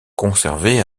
conservées